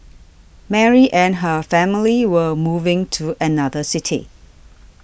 Mary and her family were moving to another city